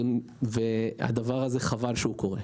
וחבל שהדבר הזה קורה.